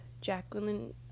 Jacqueline